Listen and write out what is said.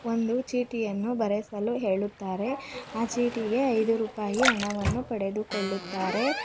ಒಂದು ಚೀಟಿಯನ್ನು ಬರೆಸಲು ಹೇಳುತ್ತಾರೆ ಆ ಚೀಟಿಗೆ ಐದು ರೂಪಾಯಿ ಹಣವನ್ನು ಪಡೆದುಕೊಳ್ಳುತ್ತಾರೆ